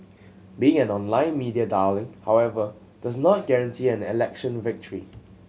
being an online media darling however does not guarantee an election victory